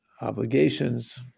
obligations